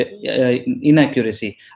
inaccuracy